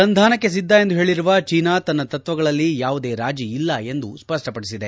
ಸಂಧಾನಕ್ಷೆ ಸಿದ್ಧ ಎಂದು ಹೇಳಿರುವ ಚೀನಾ ತನ್ನ ತತ್ವಗಳಲ್ಲಿ ಯಾವುದೇ ರಾಜಿ ಇಲ್ಲ ಎಂದು ಸ್ಪಷ್ಪಪಡಿಸಿದೆ